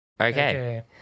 Okay